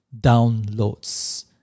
downloads